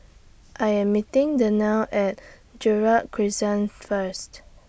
I Am meeting Dannielle At Gerald Crescent First